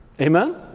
Amen